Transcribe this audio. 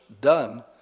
done